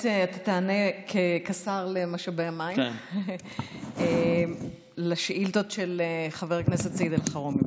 כעת אתה תענה כשר למשאבי המים לשאילתות של חבר הכנסת סעיד אלחרומי,